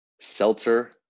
Seltzer